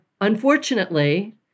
unfortunately